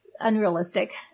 unrealistic